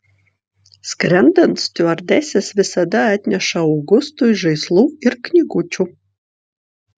skrendant stiuardesės visada atneša augustui žaislų ir knygučių